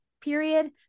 period